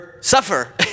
suffer